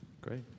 Great